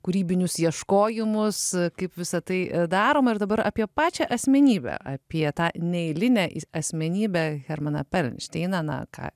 kūrybinius ieškojimus kaip visa tai daroma ir dabar apie pačią asmenybę apie tą neeilinę asmenybę hermaną perelšteiną na ką